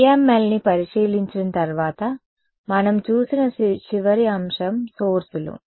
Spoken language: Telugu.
PMLని పరిశీలించిన తర్వాత మనం చూసిన చివరి అంశం సోర్స్ లు